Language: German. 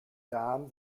darm